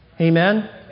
Amen